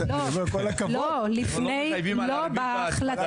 אז אני אומר כל הכבוד; הם לא מחייבים על הריבית וההצמדה.